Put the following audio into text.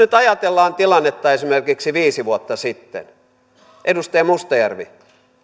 nyt ajatellaan tilannetta esimerkiksi viisi vuotta sitten edustaja mustajärvi